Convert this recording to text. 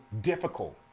difficult